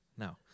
no